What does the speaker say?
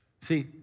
See